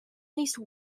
least